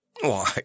Why